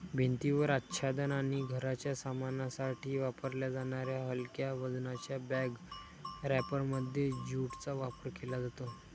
भिंतीवर आच्छादन आणि घराच्या सामानासाठी वापरल्या जाणाऱ्या हलक्या वजनाच्या बॅग रॅपरमध्ये ज्यूटचा वापर केला जातो